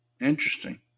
Interesting